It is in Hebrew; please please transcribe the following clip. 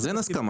אז אין הסכמה?